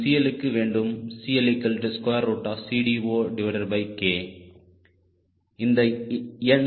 CL க்கு வேண்டும் CLCD0K இந்த எண்